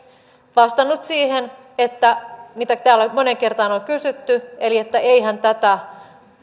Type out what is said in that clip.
vastannut siihen mitä täällä moneen kertaan on on kysytty eli että eihän tätä